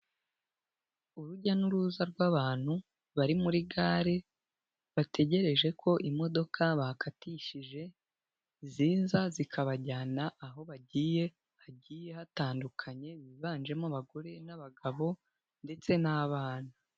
Urujya n'uruza rw'abantu bari muri gare, bategereje ko imodoka bakatishije ziza zikabajyana aho bagiye, hagiye hatandukanye, biganjemo abagore n'abagabo ndetse n'abana.